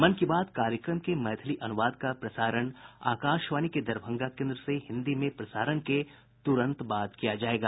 मन की बात कार्यक्रम के मैथिली अनुवाद का प्रसारण आकाशवाणी के दरभंगा केन्द्र से हिन्दी में प्रसारण के तुरंत बाद किया जायेगा